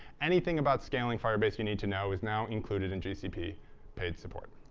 anything about scaling firebase you need to know is now included in gcp paid support.